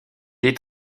est